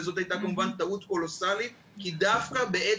וזאת הייתה כמובן טעות קולוסלית כי דווקא בעת